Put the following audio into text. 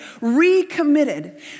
recommitted